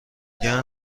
گین